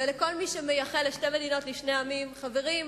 ולכל מי שמייחל לשתי מדינות לשני עמים: חברים,